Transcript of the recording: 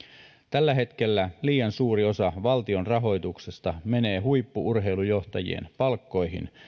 tällä hetkellä liian suuri osa valtion rahoituksesta menee huippu urheilujohtajien palkkoihin